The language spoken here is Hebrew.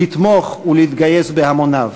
לתמוך ולהתגייס בהמוניו.